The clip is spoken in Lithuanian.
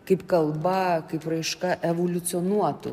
kaip kalba kaip raiška evoliucionuotų